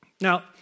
Now